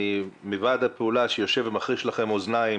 אני מוועד הפעולה שיושב ומחריש לכם אוזניים